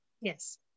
Yes